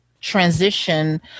transition